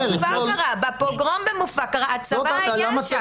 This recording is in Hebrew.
בפוגרום במופאקרה הצבא היה שם.